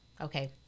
okay